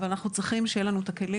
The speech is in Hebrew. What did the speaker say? אבל אנחנו צריכים שיהיו לנו את הכלים,